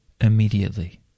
immediately